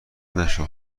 نشو